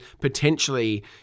potentially